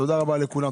תודה רבה לכולם,